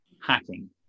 hacking